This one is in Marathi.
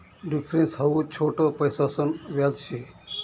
डिफरेंस हाऊ छोट पैसासन व्याज शे